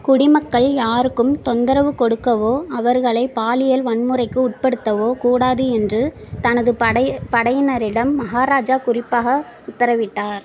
குடிமக்கள் யாருக்கும் தொந்தரவு கொடுக்கவோ அவர்களைப் பாலியல் வன்முறைக்கு உட்படுத்தவோ கூடாது என்று தனது படை படையினரிடம் மகாராஜா குறிப்பாக உத்தரவிட்டார்